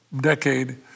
decade